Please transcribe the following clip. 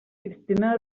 cristina